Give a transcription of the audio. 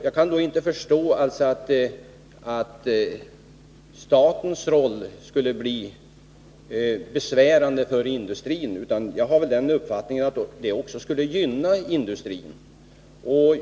Jag kan därför inte förstå att statens roll skulle bli besvärande för industrin, utan jag har den uppfattningen att det skulle gynna industrin.